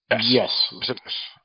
Yes